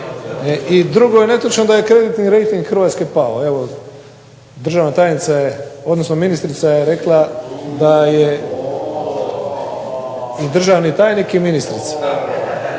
I drugo je netočno da je kreditni rejting Hrvatske pao. Evo državna tajnica odnosno ministrica je rekla da je, državni tajnik i ministrica